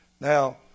Now